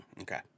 okay